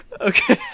Okay